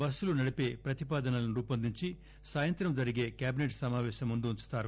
బస్సులు నడిపీ ప్రతిపాదనలను రూపోందించి సాయంత్రం జరిగే కేబిసెట్ సమాపేశం ముందుంచుతారు